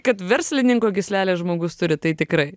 kad verslininko gyslelę žmogus turi tai tikrai